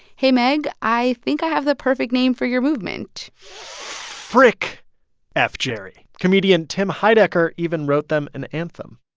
hey, megh, i think i have the perfect name for your movement frick f jerry. comedian tim heidecker even wrote them an anthem